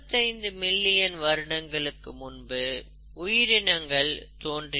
65 million வருடங்களுக்கு முன்பு உயிரினங்கள் தோன்றின